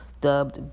Dubbed